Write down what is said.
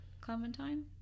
Clementine